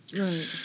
Right